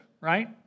right